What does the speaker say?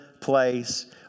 place